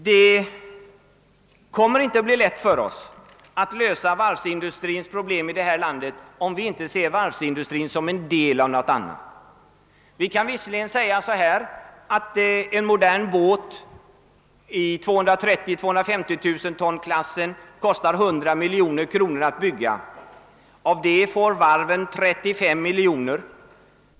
Det kommer inte att bli lätt för oss att lösa varvsindustrins problem i detta land om vi inte ser varvsindustrin som en del av något annat. Vi kan visserligen säga att en modern båt i 230 000 eller 250 000-tonsklassen kostar 100 miljoner kronor att bygga. Av det får varven 33 miljoner.